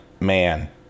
man